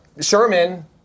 Sherman